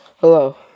Hello